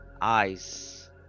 Eyes